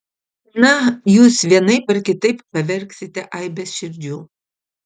na jūs vienaip ar kitaip pavergsite aibes širdžių